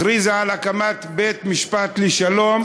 הכריזה על הקמת בית-משפט שלום,